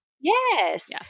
Yes